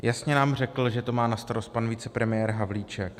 Jasně nám řekl, že to má na starost pan vicepremiér Havlíček.